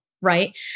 right